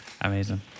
Amazing